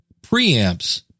preamps